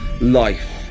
life